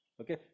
Okay